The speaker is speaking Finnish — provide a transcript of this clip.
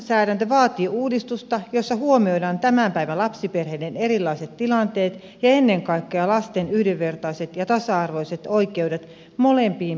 lainsäädäntö vaatii uudistusta jossa huomioidaan tämän päivän lapsiperheiden erilaiset tilanteet ja ennen kaikkea lasten yhdenvertaiset ja tasa arvoiset oikeudet molempiin biologisiin vanhempiin